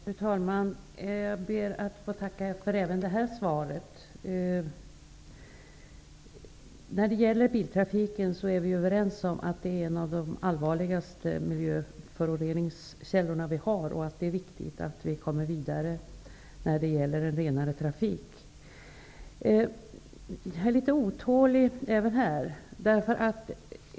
Fru talman! Jag ber att få tacka även för det här svaret. Vi är överens om att biltrafiken är en av de allvarligaste miljöföroreningskällorna vi har, och att det är viktigt att vi kommer vidare när det gäller renare trafik. Jag är litet otålig även här.